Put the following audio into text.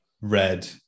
red